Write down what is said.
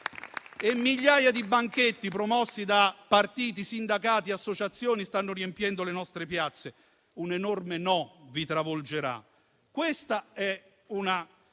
e migliaia di banchetti, promossi da partiti, sindacati e associazioni, stanno riempiendo le nostre piazze: un enorme «no» vi travolgerà. Questa è